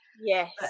Yes